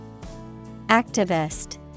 Activist